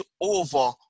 over